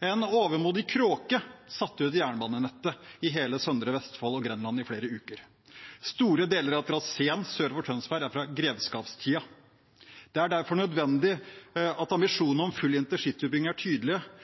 En overmodig kråke satte ut jernbanenettet i hele søndre Vestfold og Grenland i flere uker. Store deler av traseen sør for Tønsberg er fra grevskapstida. Det er derfor nødvendig at ambisjonene om full intercityutbygging er